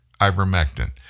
ivermectin